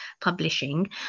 Publishing